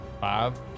five